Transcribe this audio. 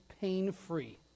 pain-free